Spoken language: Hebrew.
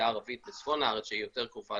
הערבית בצפון הארץ שהיא יותר קרובה